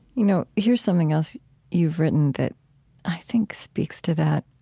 you know, here's something else you've written that i think speaks to that.